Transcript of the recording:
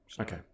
Okay